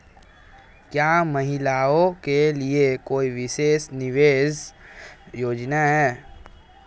क्या महिलाओं के लिए कोई विशेष निवेश योजना है?